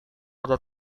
ada